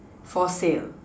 for sale